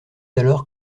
alors